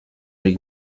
les